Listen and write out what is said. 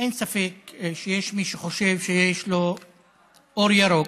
אין ספק שיש מי שחושב שיש לו אור ירוק,